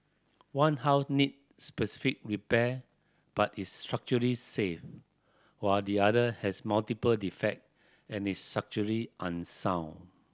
one house needs specific repair but is structurally safe while the other has multiple defect and is structurally unsound